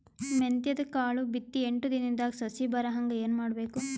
ಮೆಂತ್ಯದ ಕಾಳು ಬಿತ್ತಿ ಎಂಟು ದಿನದಾಗ ಸಸಿ ಬರಹಂಗ ಏನ ಮಾಡಬೇಕು?